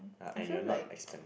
I feel like